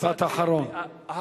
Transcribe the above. משפט אחרון.